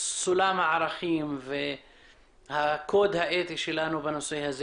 סולם הערכים והקוד האתי שלנו בנושא הזה